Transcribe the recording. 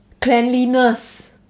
cleanliness